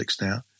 now